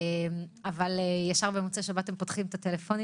אבל ישר במוצאי שבת הם פותחים את הטלפונים